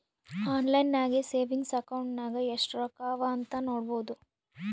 online ನಾಗೆ savings account ನಾಗ್ ಎಸ್ಟ್ ರೊಕ್ಕಾ ಅವಾ ಅಂತ್ ನೋಡ್ಬೋದು